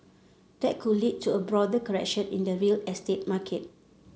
that could lead to a broader correction in the real estate market